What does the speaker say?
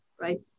right